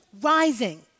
rising